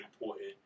important